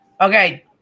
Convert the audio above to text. Okay